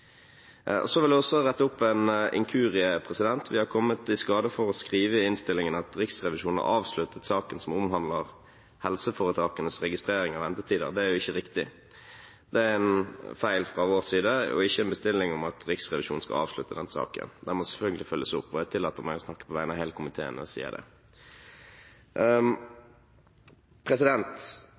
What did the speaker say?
Jeg vil også rette opp en inkurie. Vi har kommet i skade for å skrive i innstillingen at Riksrevisjonen har avsluttet saken som omhandler helseforetakenes registrering av ventetider. Det er ikke riktig. Det er en feil fra vår side, ikke en bestilling om at Riksrevisjonen skal avslutte den saken. Det må selvfølgelig følges opp, og jeg tillater meg å snakke på vegne av hele komiteen når jeg sier det.